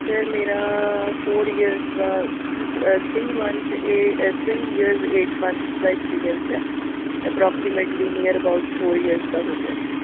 sir ਮੇਰਾ four years ਦਾ ਥ ਥਰੀ ਮੰਨਥਸ ਇਹ ਹੈ ਥਰੀ ਈਅਰਸ ਏਟ ਮੰਨਥਸ ਦਾ ਐਕਸਪੀਰੀਅਸ ਹੈ approximately near about four years ਦਾ ਹੋ ਗਿਆ ਸਰ